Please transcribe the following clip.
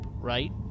right